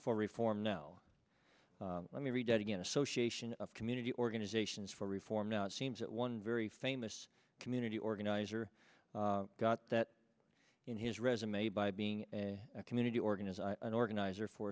for reform now let me read that again association of community organizations for reform now it seems that one very famous community organizer got that in his resume by being a community organizer an organizer for